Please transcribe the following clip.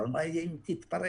אבל מה יהיה אם היא תתפרק?